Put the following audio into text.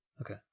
Okay